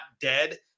dead